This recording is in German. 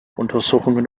untersuchungen